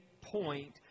point